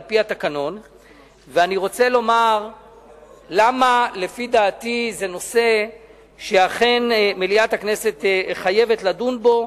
אני רוצה לומר למה לפי דעתי זה נושא שאכן מליאת הכנסת חייבת לדון בו,